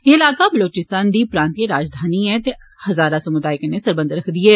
एह इलाका बलोचिस्तान दा प्रांतिय राजधानी ऐ ते हज़ारा समुदाय कन्नै सरबंध ऐ